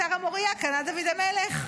את הר המוריה קנה דוד המלך.